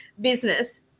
business